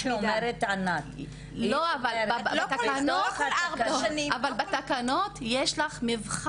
אבל יש בתקנות אמות מידה.